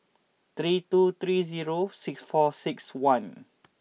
three two three zero six four six one